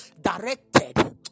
directed